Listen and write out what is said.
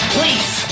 Please